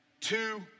two